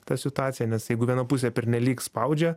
ta situacija nes jeigu viena pusė pernelyg spaudžia